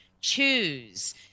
choose